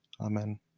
Amen